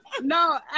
No